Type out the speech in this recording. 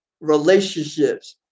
relationships